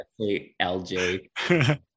LJ